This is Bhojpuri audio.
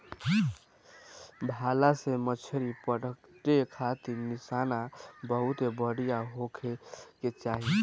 भाला से मछरी पकड़े खारित निशाना बहुते बढ़िया होखे के चाही